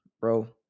bro